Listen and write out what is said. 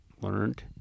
learned